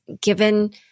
given